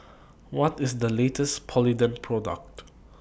What IS The latest Polident Product